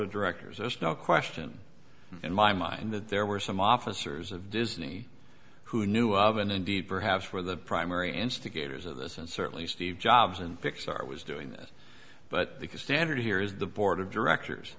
of directors is no question in my mind that there were some officers of disney who knew of and indeed perhaps for the primary instigators of this and certainly steve jobs and pixar was doing this but it is standard here is the board of directors